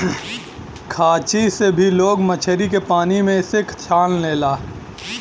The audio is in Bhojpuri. खांची से भी लोग मछरी के पानी में से छान लेला